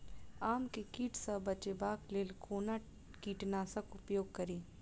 आम केँ कीट सऽ बचेबाक लेल कोना कीट नाशक उपयोग करि?